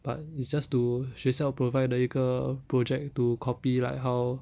but it's just to 学校 provide 的一个 project to copy like how